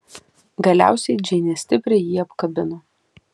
galiausiai džeinė stipriai jį apkabino